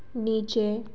नीचे